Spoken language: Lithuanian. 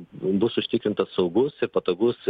bus užtikrintas saugus ir patogus